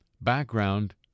background